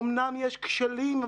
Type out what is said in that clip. אומנם יש כשלים,